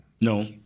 No